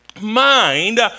mind